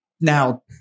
now